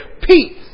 Peace